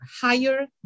higher